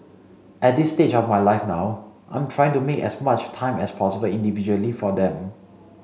at this stage of my life now I'm trying to make as much time as possible individually for them